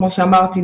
כמו שאמרתי,